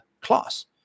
class